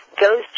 goes